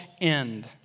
end